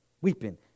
Weeping